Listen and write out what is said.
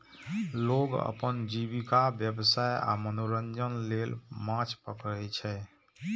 लोग अपन जीविका, व्यवसाय आ मनोरंजन लेल माछ पकड़ै छै